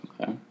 Okay